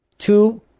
Two